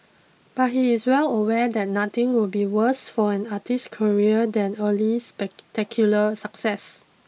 but he is well aware that nothing would be worse for an artist's career than early spectacular success